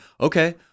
Okay